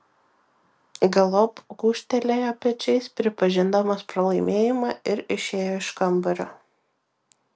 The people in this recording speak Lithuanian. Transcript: galop gūžtelėjo pečiais pripažindamas pralaimėjimą ir išėjo iš kambario